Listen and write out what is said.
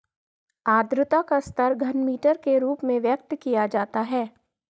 आद्रता का स्तर घनमीटर के रूप में व्यक्त किया जाता है